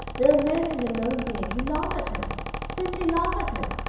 there are men in the lowndean who laugh at him simply laugh at him.